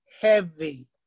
heavy